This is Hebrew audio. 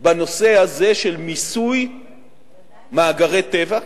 בנושא הזה של מיסוי מאגרי טבע,